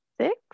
six